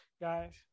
guys